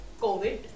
COVID